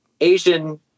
asian